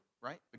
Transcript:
right